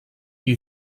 you